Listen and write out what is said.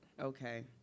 Okay